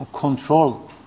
control